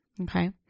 Okay